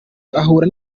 ahura